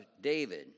David